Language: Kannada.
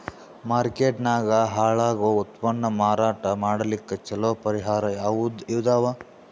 ಮಾರ್ಕೆಟ್ ನಾಗ ಹಾಳಾಗೋ ಉತ್ಪನ್ನ ಮಾರಾಟ ಮಾಡಲಿಕ್ಕ ಚಲೋ ಪರಿಹಾರ ಯಾವುದ್ ಇದಾವ?